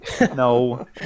no